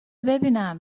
ببینم